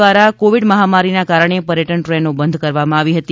દ્વારા કોવિડ મહામારીના કારણે પર્યટન ટ્રેનો બંધ કરવામાં આવી હતી